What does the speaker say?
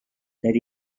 that